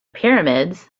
pyramids